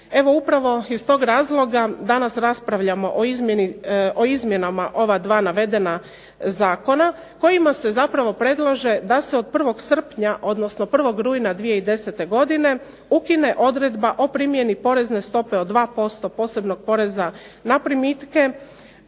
Evo upravo iz toga razloga danas raspravljamo o izmjenama ova dva navedena zakona kojima se zapravo predlaže da se od 1. rujna 2010. godine ukine odredba o primjeni porezne stope od 2% posebnog poreza na primitke